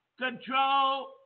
control